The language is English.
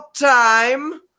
Time